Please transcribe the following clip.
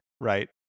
right